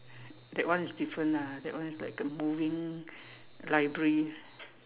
that one is different ah that one is like a moving library